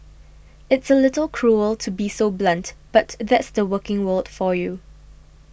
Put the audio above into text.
it's a little cruel to be so blunt but that's the working world for you